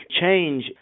change